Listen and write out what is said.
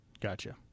Gotcha